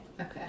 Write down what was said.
Okay